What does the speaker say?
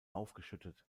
aufgeschüttet